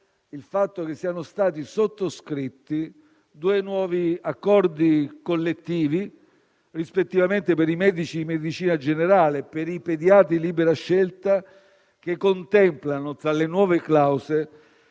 favore - che sono stati sottoscritti due nuovi accordi collettivi, rispettivamente per i medici di medicina generale e per i pediatri di libera scelta, che contemplano tra le nuove clausole